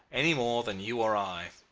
any more than you or i